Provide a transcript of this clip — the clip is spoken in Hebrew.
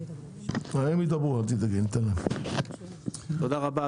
תודה רבה,